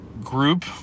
group